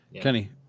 Kenny